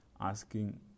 asking